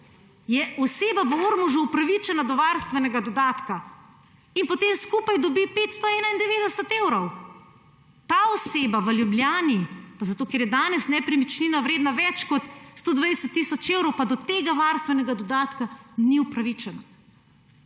oseba v Ormožu upravičena do varstvenega dodatka in potem skupaj dobi 591 evrov. Ta oseba v Ljubljani pa zato, ker je danes njena nepremičnina vredna več kot 120 tisoč evrov, do tega varstvenega dodatka ni upravičena.